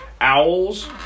owls